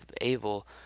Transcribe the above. able